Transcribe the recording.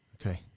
Okay